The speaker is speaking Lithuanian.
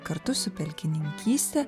kartu su pelkininkyste